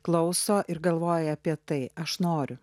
klauso ir galvoja apie tai aš noriu